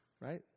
right